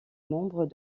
membres